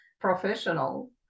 professional